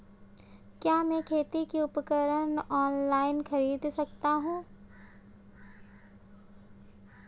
क्या मैं खेती के उपकरण ऑनलाइन खरीद सकता हूँ?